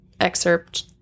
excerpt